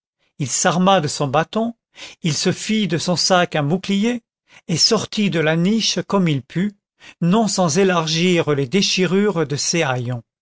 il s'arma de son bâton il se fit de son sac un bouclier et sortit de la niche comme il put non sans élargir les déchirures de